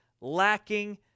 lacking